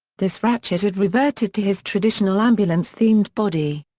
this ratchet had reverted to his traditional ambulance-themed body.